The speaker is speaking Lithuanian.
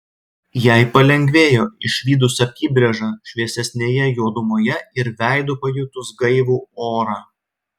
jai palengvėjo išvydus apybrėžą šviesesnėje juodumoje ir veidu pajutus gaivų orą